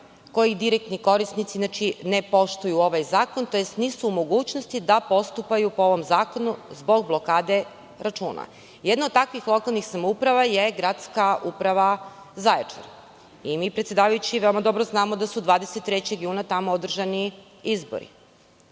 koji direktni korisnici ne poštuju ovaj zakon, tj. nisu u mogućnosti da postupaju po ovom zakonu zbog blokade računa. Jedna od takvih lokalnih samouprava je gradska uprava Zaječara. Mi veoma dobro znamo da su 23. juna tamo održani izbori.